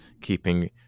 keeping